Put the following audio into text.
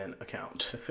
account